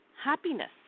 happiness